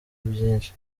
byinshi